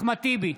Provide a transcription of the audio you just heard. אחמד טיבי,